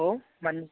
औ मानो